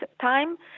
time